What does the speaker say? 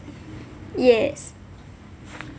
yes